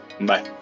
bye